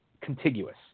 contiguous